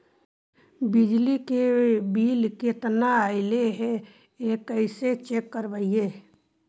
बिजली के बिल केतना ऐले हे इ कैसे चेक करबइ?